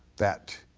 that